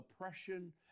oppression